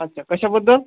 अच्छा कशाबद्दल